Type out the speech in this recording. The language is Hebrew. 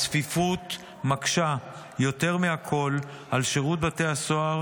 הצפיפות מקשה יותר מכול על שירות בתי הסוהר